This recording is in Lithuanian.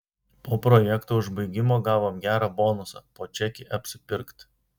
po projekto užbaigimo gavom gerą bonusą po čekį apsipirkt